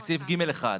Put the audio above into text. על סעיף (ג1).